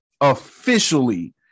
Officially